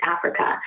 Africa